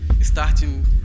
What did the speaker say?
starting